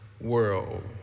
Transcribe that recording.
world